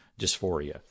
dysphoria